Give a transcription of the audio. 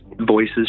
voices